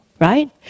right